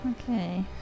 Okay